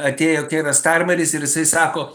atėjo keiras starmeris ir jisai sako